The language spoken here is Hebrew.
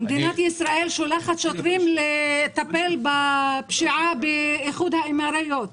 מדינת ישראל שולחת שוטרים לטפל בפשיעה באיחוד האמירויות.